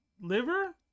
liver